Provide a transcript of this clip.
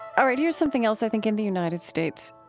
all right. here's something else i think in the united states,